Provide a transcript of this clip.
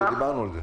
דיברנו על זה.